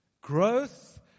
Growth